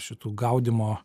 šitų gaudymo